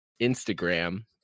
Instagram